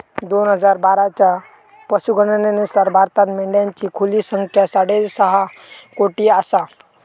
दोन हजार बाराच्या पशुगणनेनुसार भारतात मेंढ्यांची खुली संख्या साडेसहा कोटी आसा